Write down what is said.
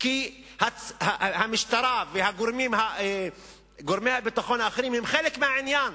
כי המשטרה וגורמי הביטחון האחרים הם חלק מהעניין,